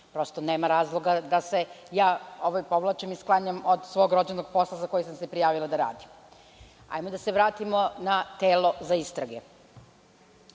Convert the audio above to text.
Prosto nema razloga da se povlačim i stavljam od svog rođenog posla za koji sam se prijavila da radim. Hajmo da se vratimo na telo za istrage.